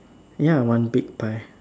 ya one big pie